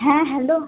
হ্যাঁ হ্যালো